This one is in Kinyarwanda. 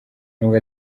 nubwo